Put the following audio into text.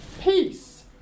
Peace